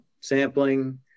sampling